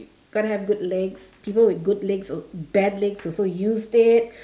got to have good legs people with good legs bad legs also used it